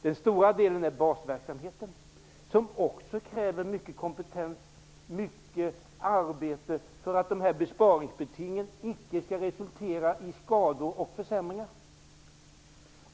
Den stora delen är basverksamheten, som också kräver mycket kompetens och mycket arbete för att sparbetingen icke skall resultera i skador och försämringar.